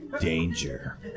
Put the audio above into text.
Danger